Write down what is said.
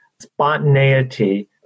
spontaneity